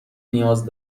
نیاز